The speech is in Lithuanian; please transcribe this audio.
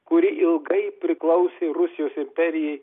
kuri ilgai priklausė rusijos imperijai